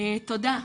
תודה.